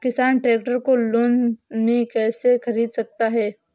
किसान ट्रैक्टर को लोन में कैसे ख़रीद सकता है?